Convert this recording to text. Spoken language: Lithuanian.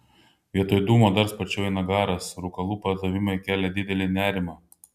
vietoj dūmo dar sparčiau eina garas rūkalų pardavimai kelia didelį nerimą